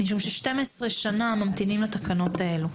משום ש-12 שנים ממתינים לתקנות האלה.